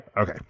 Okay